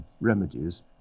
remedies